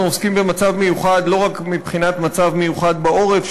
אנחנו עוסקים במצב מיוחד לא רק מבחינת מצב מיוחד בעורף,